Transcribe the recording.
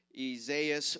Isaiah